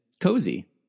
cozy